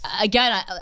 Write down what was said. again